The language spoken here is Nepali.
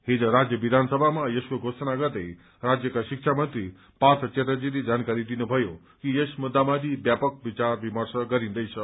हिज राज्य विधानसभामा यसको घोषणा गर्दै राज्यका शिक्षा मन्त्री पार्थ च्याटर्जीले जानकारी दिनुभयो कि यस मुद्दामाथि व्यापक विचार विमर्श गरिन्दैछ